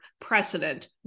precedent